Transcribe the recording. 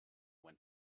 went